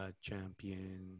champion